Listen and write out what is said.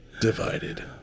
divided